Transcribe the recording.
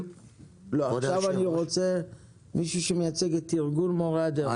עכשיו אני רוצה מישהו שמייצג את ארגון מורי הדרך.